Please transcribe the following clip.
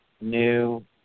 new